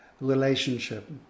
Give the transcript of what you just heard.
Relationship